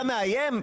אתה מאיים?